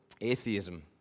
Atheism